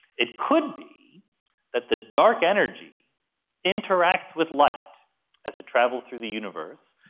it could be that the dark energy interacts with light as it travels through the universe,